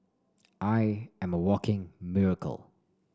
I am a walking miracle